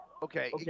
Okay